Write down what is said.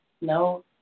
No